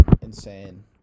insane